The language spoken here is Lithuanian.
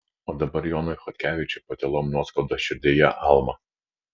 o dabar jonui chodkevičiui patylom nuoskauda širdyje alma